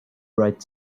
bright